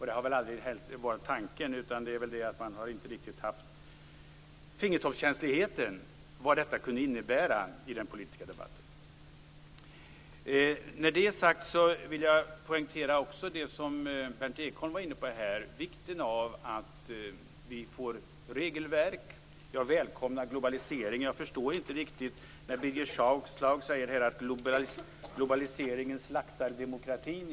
Det har väl inte heller varit tanken, utan man har väl inte riktigt haft fingertopskänsligheten för vad detta kunde innebära i den politiska debatten. När det är sagt vill jag poängtera det som Berndt Ekholm var inne på, nämligen vikten av att vi får regelverk. Jag välkomnar en globalisering. Birger Schlaug säger att globaliseringen slaktar demokratin. Det förstår jag inte riktigt.